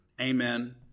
amen